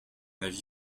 avis